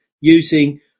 using